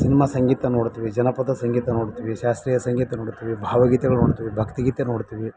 cinema ಸಂಗೀತ ನೋಡ್ತೀವಿ ಜನಪದ ಸಂಗೀತ ನೋಡ್ತೀವಿ ಶಾಸ್ತ್ರೀಯ ಸಂಗೀತ ನೋಡ್ತೀವಿ ಭಾವಗೀತೆಗಳು ನೋಡ್ತೀವಿ ಭಕ್ತಿ ಗೀತೆ ನೋಡ್ತೀವಿ